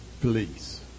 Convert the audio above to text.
police